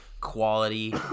quality